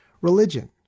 religion